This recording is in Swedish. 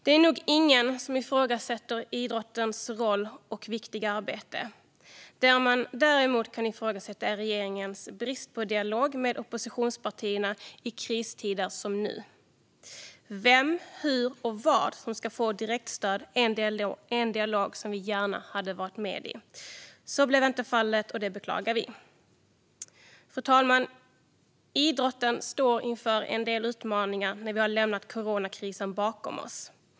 Det finns nog ingen som ifrågasätter idrottens roll och viktiga arbete. Det man däremot kan ifrågasätta är regeringens brist på dialog med oppositionspartierna i kristider som dessa. Vem och vad som ska få direktstöd och hur det ska ske är en dialog som vi gärna hade deltagit i. Så blev dock inte fallet, vilket vi beklagar. Fru talman! Idrotten står inför en del utmaningar när vi har lämnat coronakrisen bakom oss.